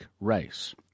race